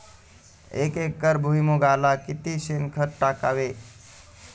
एक एकर भुईमुगाला किती शेणखत टाकावे?